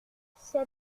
c’est